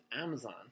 Amazon